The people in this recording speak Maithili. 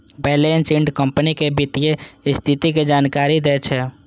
बैलेंस शीट कंपनी के वित्तीय स्थिति के जानकारी दै छै